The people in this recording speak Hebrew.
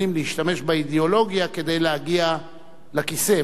להשתמש באידיאולוגיה כדי להגיע לכיסא,